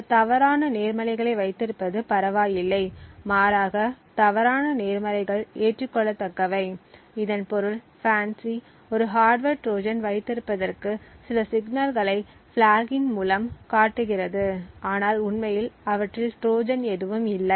சில தவறான நேர்மறைகளை வைத்திருப்பது பரவாயில்லை மாறாக தவறான நேர்மறைகள் ஏற்றுக்கொள்ளத்தக்கவை இதன் பொருள் FANCI ஒரு ஹார்ட்வர் ட்ரோஜன் வைத்திருப்பதற்கு சில சிக்னல்களை பிலாக்கின் மூலம் காட்டுகிறது ஆனால் உண்மையில் அவற்றில் ட்ரோஜன் எதுவும் இல்லை